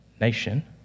nation